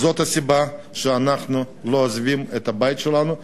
זאת הסיבה שאנחנו לא עוזבים את הבית שלנו.